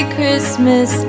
Christmas